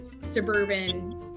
suburban